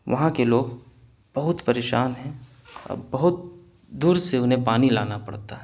وہاں کے لوگ بہت پریشان ہیں اور بہت دور سے انہیں پانی لانا پڑتا ہے